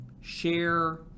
share